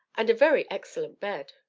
and a very excellent bed.